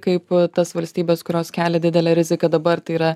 kaip tas valstybes kurios kelia didelę riziką dabar tai yra